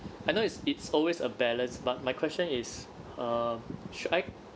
I know it's it's always a balance but my question is err should I